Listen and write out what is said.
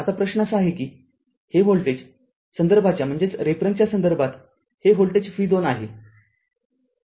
आता प्रश्न असा आहे की हे व्होल्टेज संदर्भाच्या संदर्भात हे व्होल्टेज v २ आहे